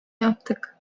yaptık